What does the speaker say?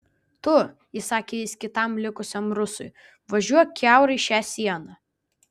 tu įsakė jis kitam likusiam rusui važiuok kiaurai šią sieną